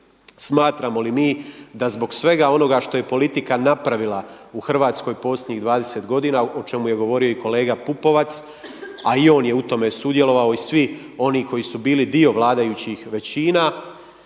smatramo li mi da zbog svega onoga što je politika napravila u Hrvatskoj posljednjih 20 godina o čemu je govorio i kolega Pupovac, a i on je u tome sudjelovao i svi oni koji su bili dio vladajućih većina,